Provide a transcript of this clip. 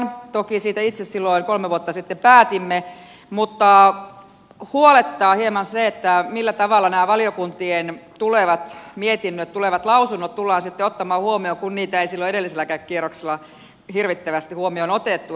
toki siitä itse silloin kolme vuotta sitten päätimme mutta huolettaa hieman se millä tavalla nämä valiokuntien tulevat mietinnöt tulevat lausunnot tullaan sitten ottamaan huomioon kun niitä ei silloin edelliselläkään kierroksella hirvittävästi huomioon otettu